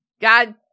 God